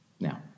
Now